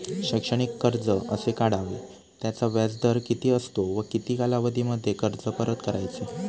शैक्षणिक कर्ज कसे काढावे? त्याचा व्याजदर किती असतो व किती कालावधीमध्ये कर्ज परत करायचे?